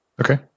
Okay